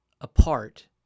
apart